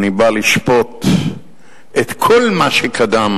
אני בא לשפוט את כל מה שקדם,